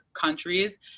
countries